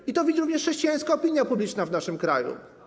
I to widzi również chrześcijańska opinia publiczna w naszym kraju.